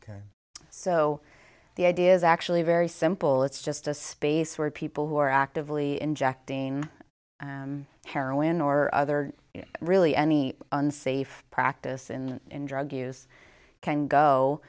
so the idea is actually very simple it's just a space where people who are actively injecting heroin or other really any unsafe practice in drug use can go